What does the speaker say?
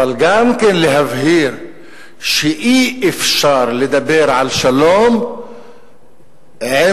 אבל גם להבהיר שאי-אפשר לדבר על שלום עם